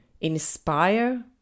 inspire